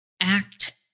act